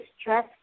stress